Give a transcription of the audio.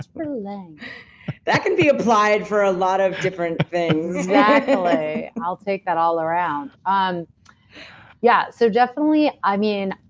for length that can be applied for a lot of different things exactly, i'll take that all around. um yeah so, definitely, i mean,